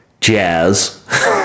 jazz